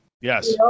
Yes